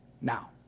now